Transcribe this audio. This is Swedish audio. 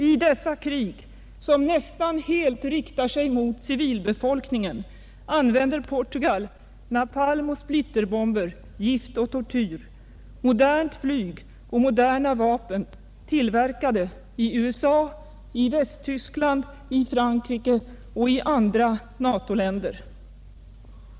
I dessa krig, som nästan helt riktar sig mot civilbefolkningen, använder Portugal napalm och splitterbomber, gift och tortyr, modernt flyg och moderna vapen tillverkade i USA, Västtyskland, Frankrike och andra NATO-länder.